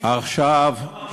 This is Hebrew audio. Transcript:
החוק הזה לא מביא סנקציות פליליות.